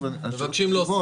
מבקשים להוסיף.